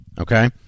Okay